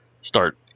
start